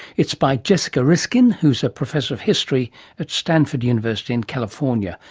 it's by jessica riskin, who's a professor of history at stanford university in california,